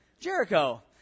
Jericho